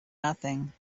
nothing